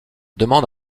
demande